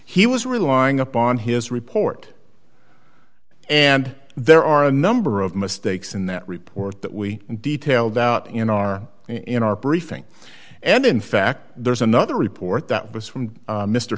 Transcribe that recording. he was relying upon his report and there are a number of mistakes in that report that we detailed out in our in our briefing and in fact there's another report that was from